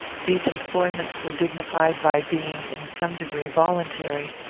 these employments were dignified by being, in some degree, voluntary,